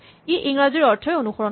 ই ইংৰাজীৰ অৰ্থই অনুসৰণ কৰে